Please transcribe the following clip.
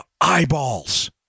Eyeballs